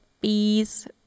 bees